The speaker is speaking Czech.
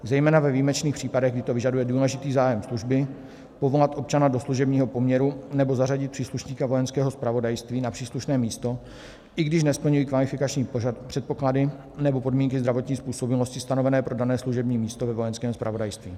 Zejména ve výjimečných případech, kdy to vyžaduje důležitý zájem služby, povolat občana do služebního poměru, nebo zařadit příslušníka Vojenského zpravodajství na příslušné místo, i když nesplňují kvalifikační předpoklady nebo podmínky zdravotní způsobilosti stanovené pro dané služební místo ve Vojenském zpravodajství.